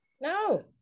No